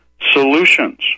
solutions